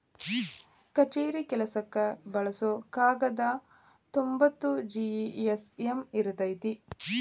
ಕಛೇರಿ ಕೆಲಸಕ್ಕ ಬಳಸು ಕಾಗದಾ ತೊಂಬತ್ತ ಜಿ.ಎಸ್.ಎಮ್ ಇರತತಿ